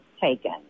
taken